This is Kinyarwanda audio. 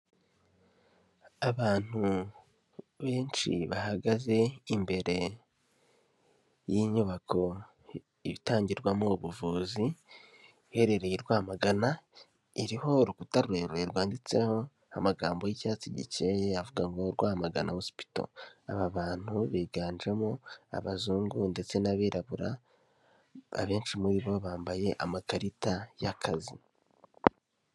Abantu benshi bahagaze imbere y'inyubako itangirwamo ubuvuzi, iherereye i Rwamagana, iriho urukuta rurerure rwanditseho amagambo y'icyatsi gikeya avuga ngo "Rwamagana hospital". Aba bantu biganjemo abazungu ndetse n'abirabura, abenshi muri bo bambaye amakarita y'akazi.